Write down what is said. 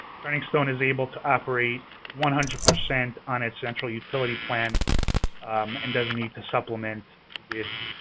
turning stone is able to operate one hundred percent on its central utility plant and doesn't need to supplement with